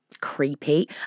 creepy